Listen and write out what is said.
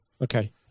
Okay